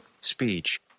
Speech